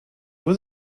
was